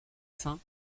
saints